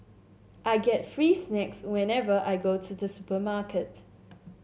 I get free snacks whenever I go to the supermarket